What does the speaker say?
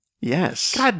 Yes